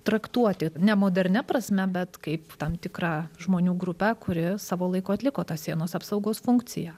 traktuoti ne modernia prasme bet kaip tam tikrą žmonių grupę kuri savo laiku atliko tą sienos apsaugos funkciją